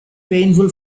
painful